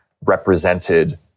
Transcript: represented